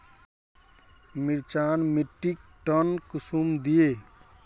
मिर्चान मिट्टीक टन कुंसम दिए?